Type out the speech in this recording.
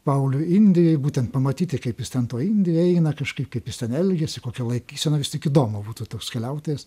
pauliui indijoj būtent pamatyti kaip jis ten toj indijoj eina kažkaip kaip jis ten elgiasi kokia laikysena vis tik įdomu būtų toks keliautojas